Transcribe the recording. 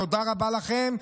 תודה רבה לכם.